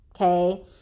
okay